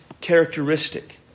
characteristic